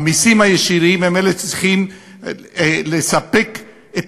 המסים הישירים הם אלה שצריכים לספק את